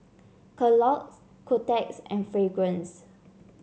Kellogg's Kotex and Fragrance